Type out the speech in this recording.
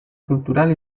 cultural